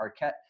Arquette